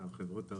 מי משתמש בזה,